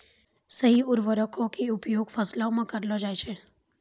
सही उर्वरको क उपयोग फसलो म करलो जाय छै